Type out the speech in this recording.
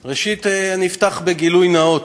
ראשית, אפתח בגילוי נאות: